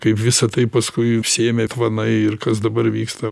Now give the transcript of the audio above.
kaip visą tai paskui užsėmė tvanai ir kas dabar vyksta